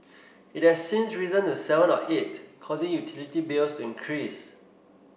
it has since risen to seven or eight causing utility bills to increase